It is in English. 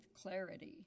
clarity